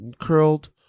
curled